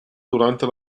durante